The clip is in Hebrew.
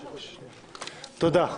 תודה.